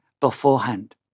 beforehand